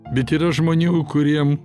bet yra žmonių kuriem